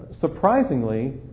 Surprisingly